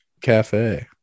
Cafe